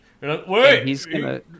Wait